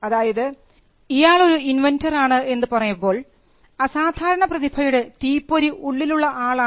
അതായത് ഇയാൾ ഒരു ഇൻവെൻന്റർ എന്ന് പറയുന്നത് അസാധാരണ പ്രതിഭയുടെ തീപ്പൊരി ഉള്ളിലുള്ള ആളാണ്